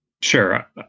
Sure